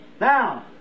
Now